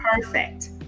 perfect